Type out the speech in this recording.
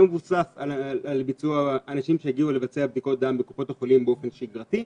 הסקר בוצע על אנשים שהגיעו לבצע בדיקות דם בקופות החולים באופן שגרתי,